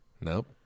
Nope